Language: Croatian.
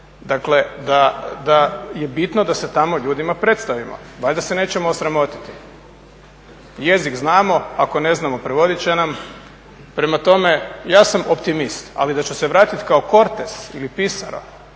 dakle da je bitno da se tamo ljudima predstavimo. Valjda se nećemo osramotiti. Jezik znamo, ako ne znamo, prevodit će nam, prema tome ja sam optimist, ali da ću se vratiti kao … ili pisara